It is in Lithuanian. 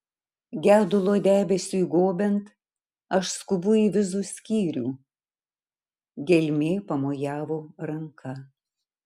gedulo debesiui gobiant aš skubu į vizų skyrių gelmė pamojavo ranka